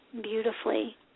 beautifully